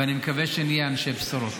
ואני מקווה שנהיה אנשי בשורות.